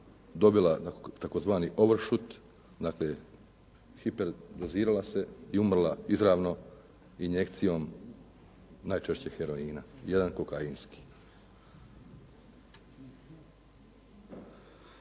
dobila tzv. overshoot, dakle hiperdozirala se i umrla izravno injekcijom najčešće heroina, jedan kokainski.